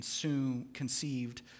conceived